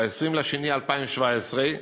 ב-20 בפברואר 2017,